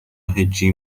هجی